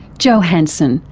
jo hansen,